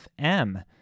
FM